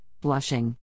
blushing